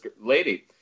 lady